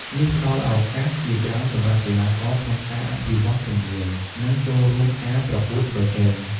នេះផ្តល់ឱកាសជាច្រើនសម្រាប់កីឡាករក្នុងការអភិវឌ្ឍជំនាញ និងចូលរួមការប្រកួតប្រជែង។